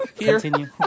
Continue